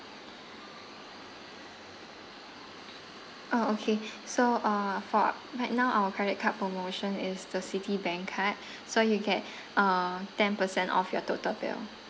orh okay so uh for right now our credit card promotion is the citibank card so you get uh ten percent off your total bill